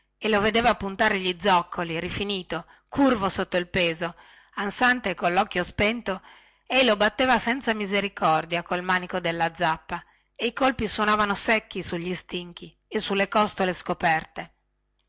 e lo vedeva puntare gli zoccoli rifinito curvo sotto il peso ansante e collocchio spento ei lo batteva senza misericordia col manico della zappa e i colpi suonavano secchi sugli stinchi e sulle costole scoperte